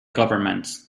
governments